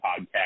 podcast